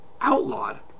outlawed